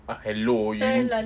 uh hello you